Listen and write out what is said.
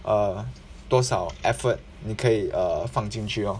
err 多少 effort 你可以 err 放进去 orh